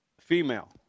female